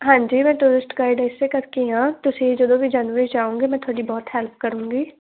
ਹਾਂਜੀ ਮੈਂ tourist guide ਇਸੇ ਕਰਕੇ ਹਾਂ ਤੁਸੀਂ ਜਦੋਂ ਵੀ ਜਨਵਰੀ ਆਉਂਗੇ ਮੈਂ ਤੁਹਾਡੀ ਬਹੁਤ ਹੈਲਪ ਕਰੂੰਗੀ